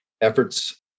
efforts